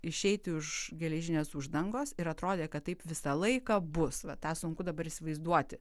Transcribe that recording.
išeiti už geležinės uždangos ir atrodė kad taip visą laiką bus va tą sunku dabar įsivaizduoti